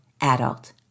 adult